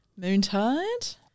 Moontide